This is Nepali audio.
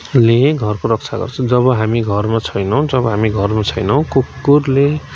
ले घरको रक्षा गर्छ जब हामी घरमा छैनौँ जब हामी घरमा छैनौँ कुकुरले